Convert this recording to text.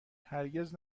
هرگز